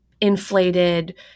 inflated